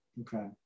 Okay